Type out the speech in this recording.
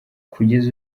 kugeza